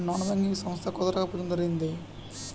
নন banking সংস্থা কতটাকা পর্যন্ত ঋণ দেয়?